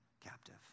captive